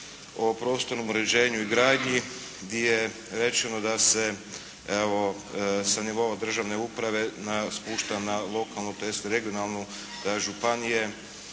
o prostornom uređenju i gradnji di je rečeno da se evo sa nivoa državne uprave spušta na lokalnu tj. regionalnu, županije